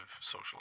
socially